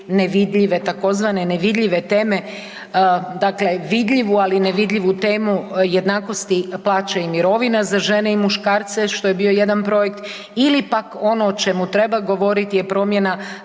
nevidljive, tzv. nevidljive teme, dakle vidljivu ali nevidljivu temu jednakosti plaće i mirovina za žene i muškarce, što je bio jedan projekt ili pak ono o čemu treba govoriti je promjena